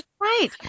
Right